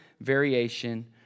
variation